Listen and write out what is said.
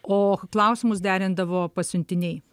o klausimus derindavo pasiuntiniai